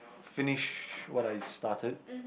finish what I started